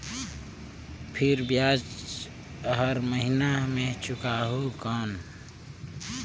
फिर ब्याज हर महीना मे चुकाहू कौन?